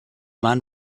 man